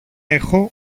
έχω